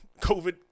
COVID